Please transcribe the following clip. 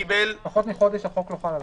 פחות מחודש החוק לא חל עליו.